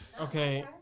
Okay